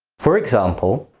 for example,